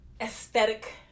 aesthetic